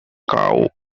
cow